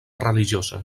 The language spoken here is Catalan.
religiosa